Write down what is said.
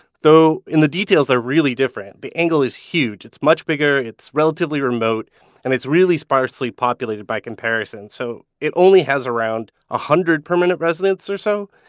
though in the details, they're really different. the angle is huge. it's much bigger. it's relatively remote and it's really sparsely populated by comparison. so it only only has around a hundred permanent residents or so.